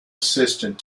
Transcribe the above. assistant